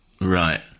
Right